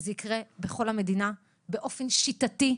זה יקרה בכל המדינה באופן שיטתי.